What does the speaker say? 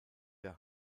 der